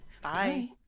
Bye